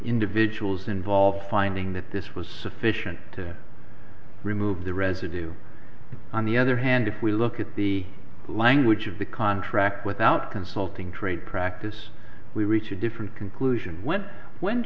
individuals involved finding that this was sufficient to remove the residue on the other hand if we look at the language of the contract without consulting trade practice we reach a different conclusion when when